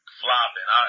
flopping